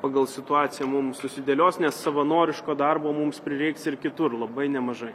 pagal situaciją mum susidėlios nes savanoriško darbo mums prireiks ir kitur labai nemažai